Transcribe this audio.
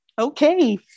Okay